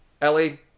Ellie